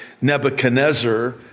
Nebuchadnezzar